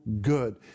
good